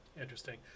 Interesting